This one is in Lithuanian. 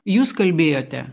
jūs kalbėjote